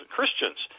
Christians